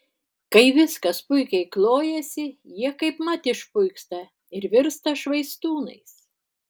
kai viskas puikiai klojasi jie kaipmat išpuiksta ir virsta švaistūnais